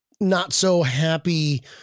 not-so-happy